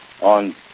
On